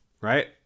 right